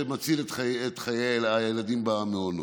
שמציל את חיי הילדים במעונות.